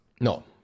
No